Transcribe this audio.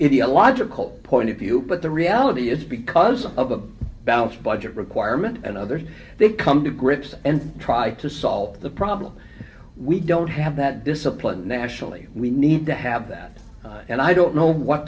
idiot logical point of view but the reality is because of the balanced budget requirement and others they come to grips and try to solve the problem we don't have that discipline nationally we need to have that and i don't know what